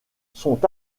sont